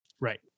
Right